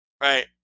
right